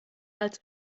als